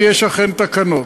כי יש אכן תקנות.